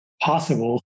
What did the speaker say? possible